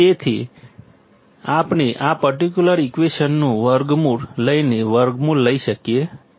તેથી આપણે આ પર્ટિક્યુલર ઈક્વેશનનું વર્ગમૂળ લઈને વર્ગમૂળ લઈ શકીએ છીએ